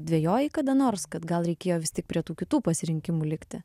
dvejojai kada nors kad gal reikėjo vis tik prie tų kitų pasirinkimų likti